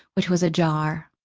which was ajar.